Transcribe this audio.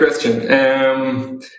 question